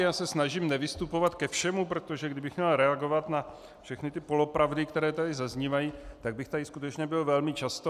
Já se snažím nevystupovat ke všemu, protože kdybych měl reagovat na všechny ty polopravdy, které tady zaznívají, tak bych tady skutečně byl velmi často.